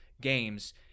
games